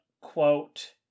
quote